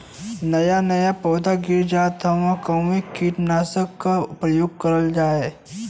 नया नया पौधा गिर जात हव कवने कीट नाशक क प्रयोग कइल जाव?